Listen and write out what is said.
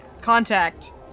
contact